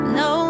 no